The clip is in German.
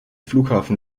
flughafen